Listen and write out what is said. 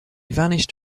vanished